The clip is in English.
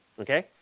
Okay